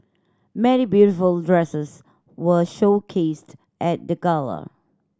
many beautiful dresses were showcased at the gala